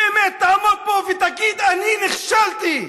באמת, תעמוד פה ותגיד: אני נכשלתי.